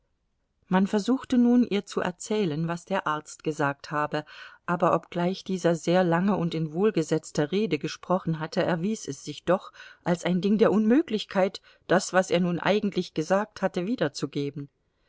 man versuchte nun ihr zu erzählen was der arzt gesagt habe aber obgleich dieser sehr lange und in wohlgesetzter rede gesprochen hatte erwies es sich doch als ein ding der unmöglichkeit das was er nun eigentlich gesagt hatte wiederzugeben